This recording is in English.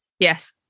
Yes